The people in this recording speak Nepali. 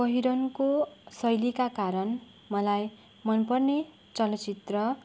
पहिरनको शैलीका कारण मलाई मन पर्ने चलचित्र